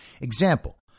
Example